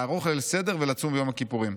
לערוך ליל סדר ולצום ביום הכיפורים,